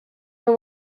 who